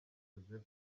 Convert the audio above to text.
joseph